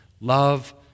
Love